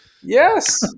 Yes